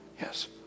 yes